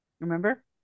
remember